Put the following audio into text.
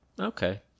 Okay